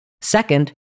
Second